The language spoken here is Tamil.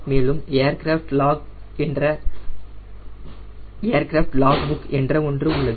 மேலும் ஏர்கிராஃப்ட் லாக் புக் என்ற ஒன்று உள்ளது